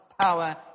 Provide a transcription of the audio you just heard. power